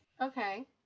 Okay